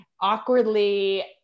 awkwardly